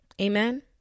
Amen